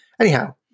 Anyhow